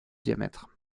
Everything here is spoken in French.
diamètre